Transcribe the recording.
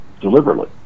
deliberately